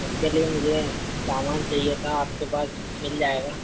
उसके लिए मुझे सामान चाहिए था आपके पास मिल जाएगा